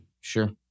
sure